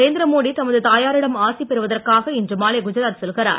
நரேந்திரமோடி தமது தாயாரிடம் ஆசி பெறுவதற்காக இன்று மாலை குஜராத் செல்கிறார்